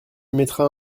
mettras